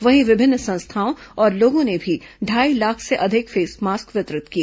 वहीं विभिन्न संस्थाओं और लोगों ने भी ढ़ाई लाख से अधिक फेसमास्क वितरित किए